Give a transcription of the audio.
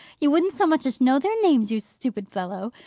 you wouldn't so much as know their names, you stupid fellow.